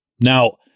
Now